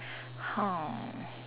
hmm